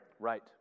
Right